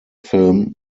film